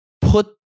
put